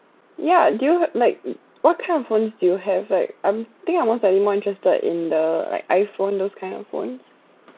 yeah do you have like what kind of phones do you have like I'm think I'm slightly more interested in like iPhone those kind of phone